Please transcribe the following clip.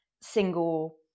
single